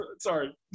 Sorry